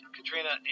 Katrina